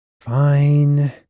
Fine